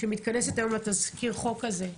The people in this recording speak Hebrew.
שמתכנסת היום לתזכיר החוק הזה.